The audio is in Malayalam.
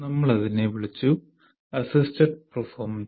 നമ്മൾ അതിനെ വിളിച്ചു 1 അസ്സിസ്റ്റഡ് പെർഫോമൻസ്